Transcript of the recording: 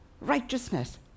righteousness